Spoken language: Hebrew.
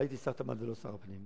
אבל הייתי שר התמ"ת ולא שר הפנים,